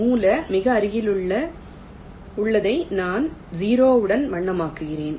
மூல மிக அருகிலுள்ளதை நான் 0 உடன் வண்ணமயமாக்குகிறேன்